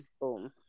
boom